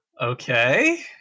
Okay